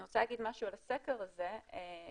אני רוצה להגיד משהו על הסקר הזה כאן.